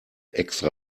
extra